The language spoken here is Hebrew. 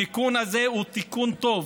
התיקון הזה הוא תיקון טוב.